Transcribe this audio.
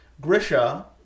Grisha